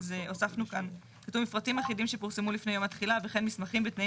שהוספנו כאן את המשפט "וכן מסמכים ותנאים